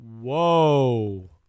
Whoa